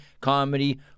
comedy